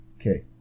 Okay